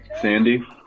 Sandy